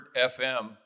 FM